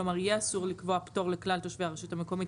כלומר יהיה אסור לקבוע פטור לכלל תושבי הרשות המקומית,